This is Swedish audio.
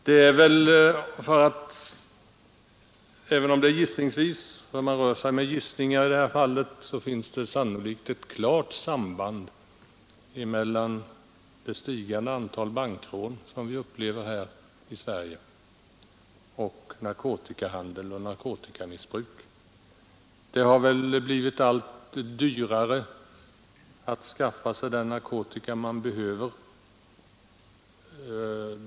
Man rör sig i detta fall givetvis med gissningar, men det finns sannolikt ett klart samband mellan det stigande antalet bankrån vi upplever i Sverige och narkotikahandeln. Det har väl blivit allt dyrare att skaffa sig den narkotika man behöver.